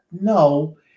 No